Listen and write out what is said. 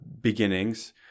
beginnings